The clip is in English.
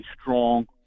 strong